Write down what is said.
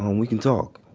we can talk.